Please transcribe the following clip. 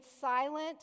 silent